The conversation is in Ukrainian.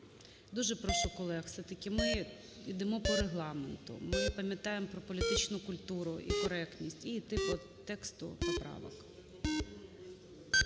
Дуже прошу колег, все-таки ми ідемо по регламенту, ми пам'ятаємо про політичну культуру і коректність, і йти по тексту поправок.